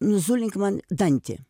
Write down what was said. nuzulink man dantį